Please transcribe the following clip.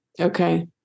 Okay